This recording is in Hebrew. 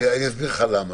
מצד אחד,